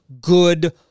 good